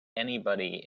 anybody